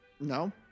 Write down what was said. No